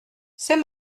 c’est